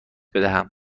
بدهم